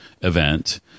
event